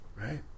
Right